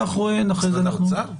ממשרד האוצר?